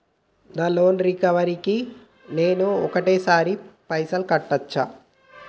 నా loan recovery కి నేను ఒకటేసరి పైసల్ కట్టొచ్చా?